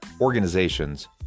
organizations